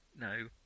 No